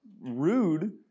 rude